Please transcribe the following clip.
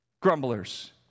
grumblers